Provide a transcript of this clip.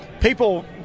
People